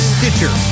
Stitcher